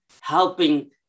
helping